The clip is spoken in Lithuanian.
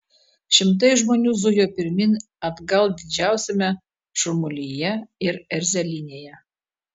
šimtai žmonių zujo pirmyn atgal didžiausiame šurmulyje ir erzelynėje